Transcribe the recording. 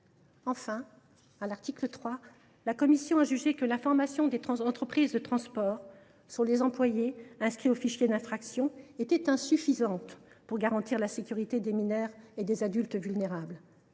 Enfin, à l’article 3, la commission a jugé que l’information des entreprises de transport collectif sur les employés inscrits aux fichiers d’infractions était insuffisante pour garantir la sécurité des mineurs et des adultes vulnérables.